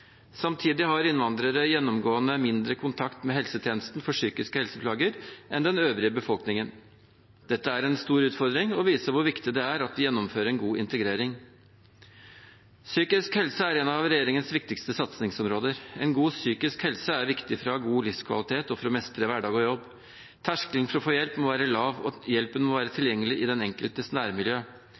Samtidig har innvandrere gjennomgående mindre kontakt med helsetjenesten for psykiske helseplager enn den øvrige befolkningen. Dette er en stor utfordring og viser hvor viktig det er å gjennomføre en god integrering. Psykisk helse er et av regjeringens viktigste satsingsområder. God psykisk helse er viktig for å ha god livskvalitet og for å mestre hverdag og jobb. Terskelen for å få hjelp må være lav, og hjelpen må være tilgjengelig i den enkeltes nærmiljø.